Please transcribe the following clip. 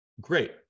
Great